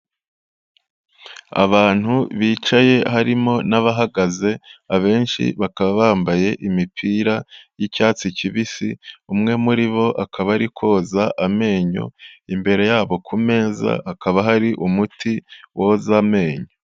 Abantu bicaye harimo n'abahagaze, abenshi bakaba bambaye imipira y'icyatsi kibisi umwe muri bo akaba ari koza amenyo, imbere yabo ku meza hakaba hari umuti woza amenyo.